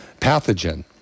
pathogen